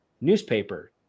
newspaper